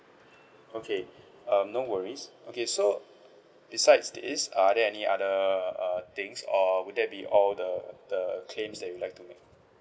okay um no worries okay so besides this are there any other err things or would that be all the the claims that you would like to make